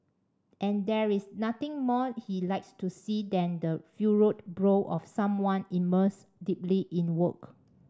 and there is nothing more he likes to see than the furrowed brow of someone immersed deeply in work